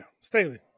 Staley